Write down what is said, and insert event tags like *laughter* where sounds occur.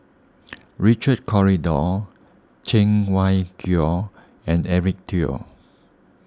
*noise* Richard Corridon Cheng Wai Keung and Eric Teo